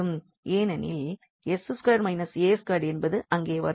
ஏனெனில் 𝑠2 − 𝑎2என்பது அங்கே வரும்